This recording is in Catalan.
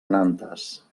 nantes